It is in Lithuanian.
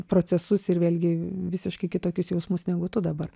procesus ir vėlgi visiškai kitokius jausmus negu tu dabar